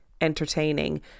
entertaining